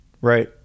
Right